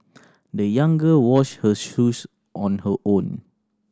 the young girl washed her shoes on her own